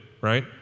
right